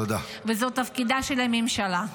זה תפקידה של הממשלה.